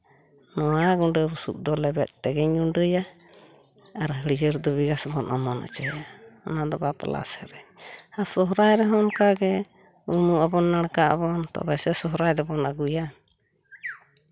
ᱱᱚᱣᱟ ᱜᱩᱸᱰᱟᱹ ᱵᱩᱥᱩᱵ ᱫᱚ ᱞᱮᱵᱮᱫ ᱛᱮᱜᱤᱧᱲ ᱜᱩᱸᱰᱟᱹᱭᱟ ᱟᱨ ᱦᱟᱹᱲᱭᱟᱹᱨ ᱫᱩᱵᱤ ᱜᱟᱸᱥ ᱦᱩᱧ ᱚᱢᱚᱱ ᱚᱪᱚᱭᱟ ᱚᱱᱟ ᱫᱚ ᱵᱟᱯᱞᱟ ᱥᱮᱨᱮᱧ ᱥᱚᱦᱨᱟᱭ ᱨᱮᱦᱚᱸ ᱚᱱᱠᱟ ᱜᱮ ᱩᱢᱩᱜ ᱟᱵᱚᱱ ᱱᱟᱲᱠᱟᱜᱼᱟᱵᱚᱱ ᱥᱚᱦᱨᱟᱭ ᱫᱚᱵᱚᱱ ᱱᱟᱜᱩᱭᱟ